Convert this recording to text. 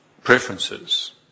Preferences